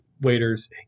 waiters